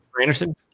Anderson